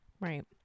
Right